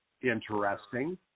interesting